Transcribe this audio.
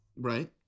right